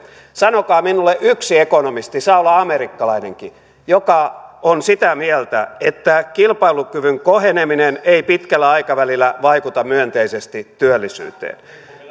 sanokaa minulle yksi ekonomisti saa olla amerikkalainenkin joka on sitä mieltä että kilpailukyvyn koheneminen ei pitkällä aikavälillä vaikuta myönteisesti työllisyyteen